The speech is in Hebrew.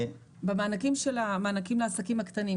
--- במענקים לעסקים הקטנים,